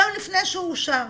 גם לפני שהוא אושר,